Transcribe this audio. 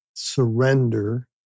surrender